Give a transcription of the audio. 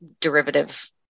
derivative